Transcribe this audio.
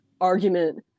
argument